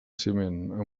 ciment